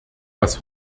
was